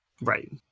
Right